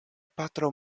patro